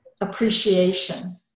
appreciation